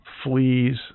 fleas